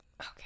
Okay